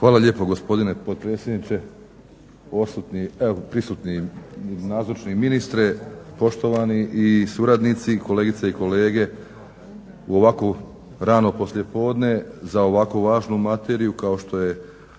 Hvala lijepo gospodine potpredsjedniče. Prisutni nazočni ministre, poštovani suradnici, kolegice i kolege. U ovako rano poslijepodne za ovako važnu materiju kao što je